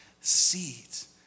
seeds